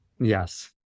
Yes